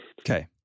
Okay